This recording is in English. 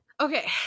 Okay